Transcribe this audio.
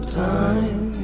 time